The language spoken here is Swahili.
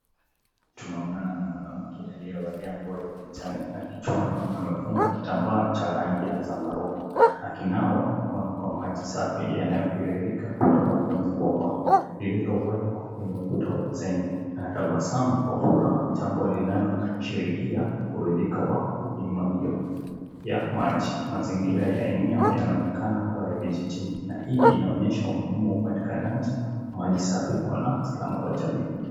Tunaonana ni mwanamke aliye valia nguo ya kijani na kichwani amfunga kitambaa cha rangi ya zambarua, akinawa mikono kwa maji safi yanayo tiririka kutoka kwenye bomba lililowekwa kwenye ukuta wa zenge, ametabasamu kwa furaha, jambo linaloashiria kuridhika wa dhima hiyo ya maji, mazingira ya eneo yanaonekana kuwa ya vijijini, na hii inaonyesha umuhimu wa maji safi kwa jamii.